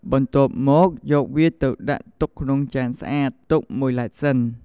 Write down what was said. បន្ទាប់មក យកវាទៅដាក់ទុកក្នុងចានស្អាត ទុកមួយឡែកសិន។